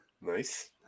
Nice